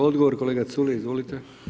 Odgovor kolega Culej, izvolite.